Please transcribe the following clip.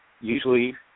usually